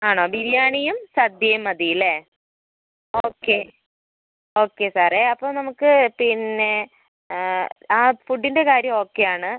ആണോ ബിരിയാണിയും സദ്യയും മതിയല്ലേ ഓക്കേ ഓക്കേ സാറേ അപ്പം നമുക്ക് പിന്നെ ആ ഫുഡിൻ്റെ കാര്യം ഓക്കേ ആണ്